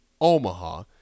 Omaha